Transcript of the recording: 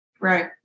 Right